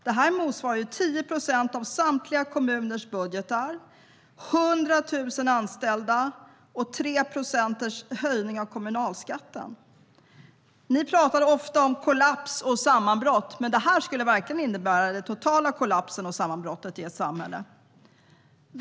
Det motsvarar 10 procent av samtliga kommuners budgetar, 100 000 anställda eller 3 procentenheters höjning av kommunalskatten. Ni pratar ofta om kollaps och sammanbrott, men det här skulle verkligen innebära den totala kollapsen och sammanbrottet i samhället.